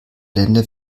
länder